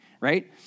right